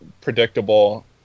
predictable